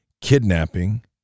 kidnapping